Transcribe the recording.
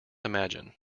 imagine